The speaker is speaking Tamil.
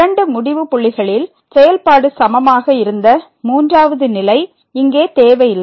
இரண்டு முடிவுபுள்ளிகளில் செயல்பாடு சமமாக இருந்த மூன்றாவது நிலை இங்கே தேவையில்லை